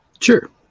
Sure